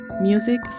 Music